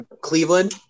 Cleveland